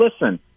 listen